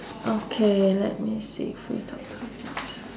okay let me see free talk